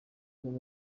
rwe